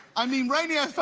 i mean, rainier,